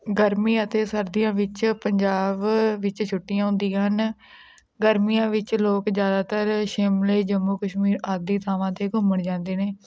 ਗਰਮੀ ਅਤੇ ਸਰਦੀਆਂ ਵਿੱਚ ਪੰਜਾਬ ਵਿੱਚ ਛੁੱਟੀਆਂ ਹੁੰਦੀਆਂ ਹਨ ਗਰਮੀਆਂ ਵਿੱਚ ਲੋਕ ਜ਼ਿਆਦਾਤਰ ਸ਼ਿਮਲੇ ਜੰਮੂ ਕਸ਼ਮੀਰ ਆਦਿ ਥਾਵਾਂ 'ਤੇ ਘੁੰਮਣ ਜਾਂਦੇ ਨੇ